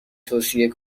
توصیه